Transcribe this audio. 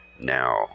now